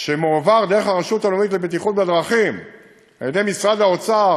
שמועבר דרך הרשות הלאומית לבטיחות בדרכים על-ידי משרד האוצר